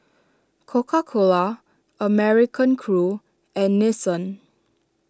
Coca Cola American Crew and Nixon